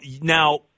now